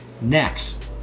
Next